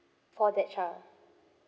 for that child